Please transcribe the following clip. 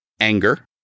Anger